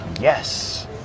yes